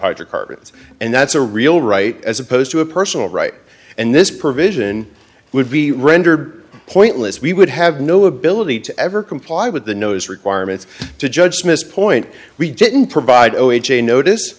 hydrocarbons and that's a real right as opposed to a personal right and this provision would be rendered pointless we would have no ability to ever comply with the nose requirements to judge miss point we didn't provide oh ha notice